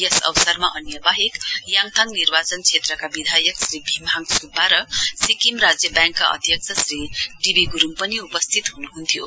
यस अवसरमा अन्य वाहेक याङयाङ निर्वाचन क्षेत्रका विधायक श्री भीमहाङ सुब्बा र सिक्किम राज्य व्याङ्कका अध्यक्ष श्री डी वी गुरुङ पनि उपस्थित हुनुहुन्थ्यो